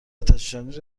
آتشنشانی